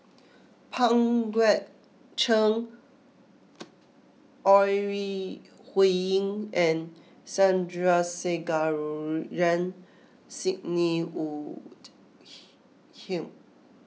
Pang Guek Cheng Ore Huiying and Sandrasegaran Sidney Woodhull